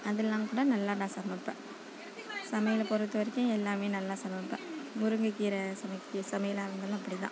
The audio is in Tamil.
அதெல்லாம் கூட நல்லா நான் சமைப்பேன் சமையல பொறுத்தவரைக்கும் எல்லாமே நல்லா சமைப்பேன் முருங்கக்கீரை சமைக்க சமையலா இருந்தாலும் அப்படி தான்